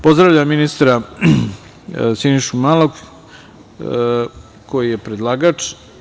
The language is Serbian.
Pozdravljam ministra Sinišu Malog koji je predlagač.